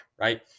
right